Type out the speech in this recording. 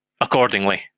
accordingly